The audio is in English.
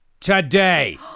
today